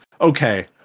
okay